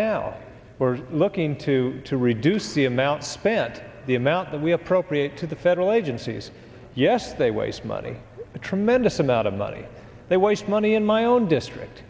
now we're looking to to reduce the amount spent the amount that we appropriate to the federal agencies yes they waste money a tremendous amount of money they waste money in my own district